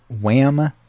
Wham